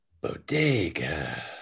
Bodega